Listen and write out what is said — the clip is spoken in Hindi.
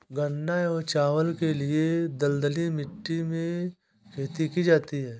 गन्ना एवं चावल के लिए दलदली मिट्टी में खेती की जाती है